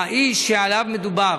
האיש שעליו מדובר,